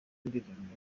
indirimbo